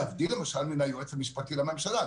להבדיל למשל מן היועץ המשפטי לממשלה,